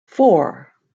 four